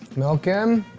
milk in,